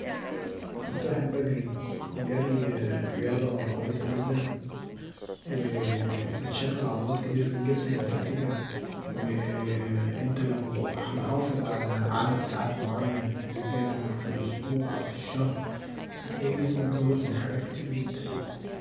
انا كنت بحب أجري، الحري رياضة كويسه جدا وبتشغل عضلات كتير في الجسم وانت بتجري وانت لو محافظ علي عدد ساعات معين للجري في الإسبوع او في الشهر، هتلاقي جسمك ظابط من حاجات كتير جدا